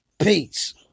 Peace